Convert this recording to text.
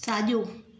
साजो॒